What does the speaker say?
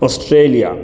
Australia